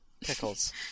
Pickles